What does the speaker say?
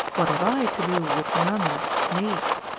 what have i to do with nuns, maids,